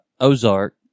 Ozark